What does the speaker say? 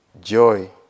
joy